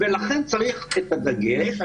לכן צריך את הדגש,